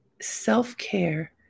self-care